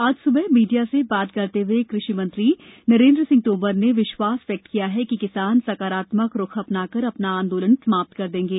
आज सुबह मीडिया से बात करते हुए कृषि मंत्री नरेंद्र सिंह तोमर ने विश्वास व्यक्त किया कि किसान सकारात्मक रूख अपनाकर अपना आंदोलन समाप्त कर देंगे